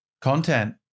Content